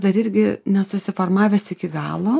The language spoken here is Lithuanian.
dar irgi nesusiformavęs iki galo